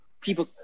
people